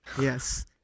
Yes